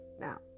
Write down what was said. Now